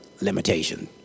limitation